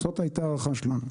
זאת היתה ההערכה שלנו.